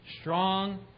Strong